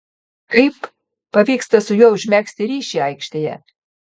kaip pavyksta su juo užmegzti ryšį aikštėje